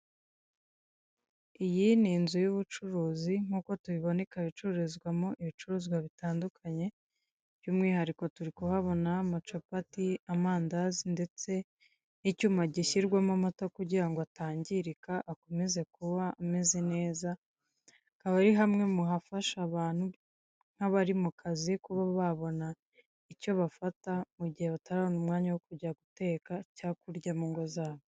Iyi ni inzu y'ubucuruzi nk'uko tubibona ikaba icururizwamo ibicuruzwa bitandukanye by'umwihariko turi kuhabona amacapati, amandazi ndetse n'icyuma gishyirwamo amata kugira ngo atangirika akomeze kuba ameze neza, akaba ari hamwe mu hafasha abantu nk'abari mu kazi kuba babona icyo bafata mu gihe batarabona umwanya wo kujya guteka cyangwa kurya mu ngo zabo.